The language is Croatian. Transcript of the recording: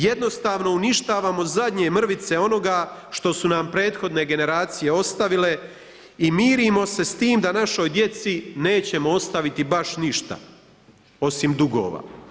Jednostavno uništavamo zadnje mrvice onoga, što su nam prethodne generacije ostavile i mirimo se s tim da našoj djeci nećemo ostaviti baš ništa osim dugova.